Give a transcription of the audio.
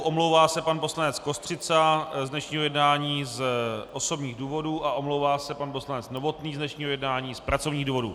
Omlouvá se pan poslanec Kostřica z dnešního jednání z osobních důvodů a omlouvá se pan poslanec Novotný z dnešního jednání z pracovních důvodů.